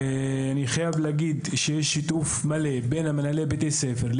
ואני חייב להגיד שיש שיתוף פעולה מלא בית מנהלי בתי הספר,